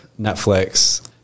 Netflix